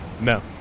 No